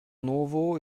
novo